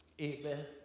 Amen